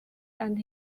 and